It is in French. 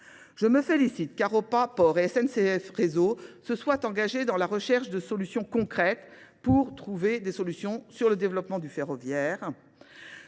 Je me félicite car OPA, POR et SNCF réseau se soient engagés dans la recherche de solutions concrètes pour trouver des solutions sur le développement du ferroviaire.